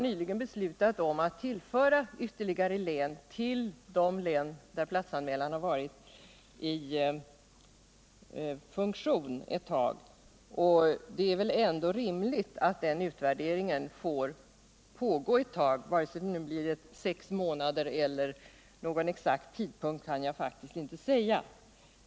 Det är väl då rimligt att man får tid på sig för den utvärderingen, vare sig det tar sex månader eller längre tid. Någon exakt tid kan jag faktiskt inte ange.